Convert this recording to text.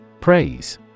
Praise